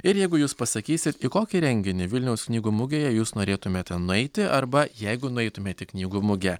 ir jeigu jūs pasakysit į kokį renginį vilniaus knygų mugėje jūs norėtumėte nueiti arba jeigu nueitumėt į knygų mugę